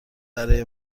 برای